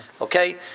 Okay